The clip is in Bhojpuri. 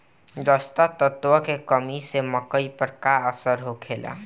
जस्ता तत्व के कमी से मकई पर का असर होखेला?